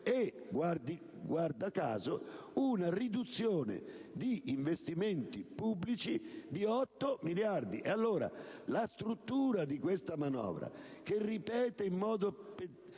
e, guarda caso, una riduzione di investimenti pubblici di 8 miliardi. È evidente che la struttura di questa manovra, che ripete